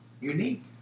unique